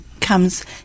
comes